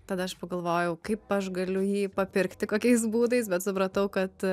tada aš pagalvojau kaip aš galiu jį papirkti kokiais būdais bet supratau kad